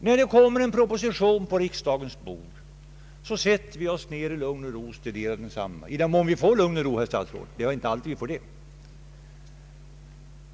När det kommer en proposition på riksdagens bord sätter vi oss ner i lugn och ro — i den mån vi får något lugn och någon ro — för att studera densamma.